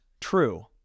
true